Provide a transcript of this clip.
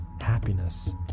happiness